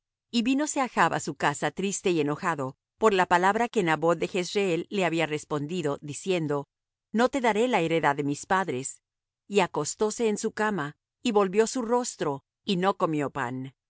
y vínose achb á su casa triste y enojado por la palabra que naboth de jezreel le había respondido diciendo no te daré la heredad de mis padres y acostóse en su cama y volvió su rostro y no comió pan